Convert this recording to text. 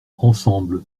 ensemble